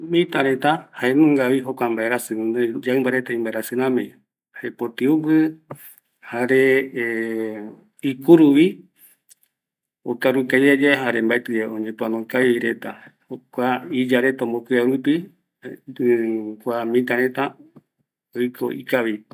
Mita reta jaenungavi, guinoi jokua mbaerasi, yaimba rerta imbaerasi ramiño, jepotiugui, jare ikuruvi okaru kavia yave, jare mbaeti yave oñepoano kavi yave reta, iyareta oyangareko kavi rupi kua mitareta oiko ikavi